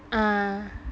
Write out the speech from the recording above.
ah